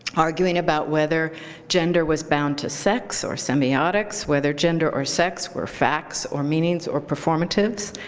arguing about whether gender was bound to sex or semiotics, whether gender or sex were facts or meanings or performatives.